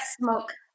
smoke